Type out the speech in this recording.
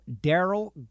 Daryl